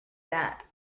that